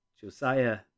Josiah